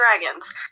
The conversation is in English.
dragons